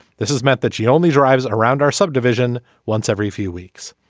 this has meant that she only drives around our subdivision once every few weeks.